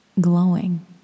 glowing